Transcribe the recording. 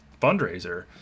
fundraiser